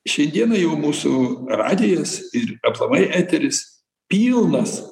šiai dienai jau mūsų radijas ir aplamai eteris pilnas